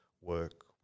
work